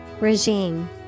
Regime